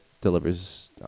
delivers